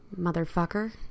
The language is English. Motherfucker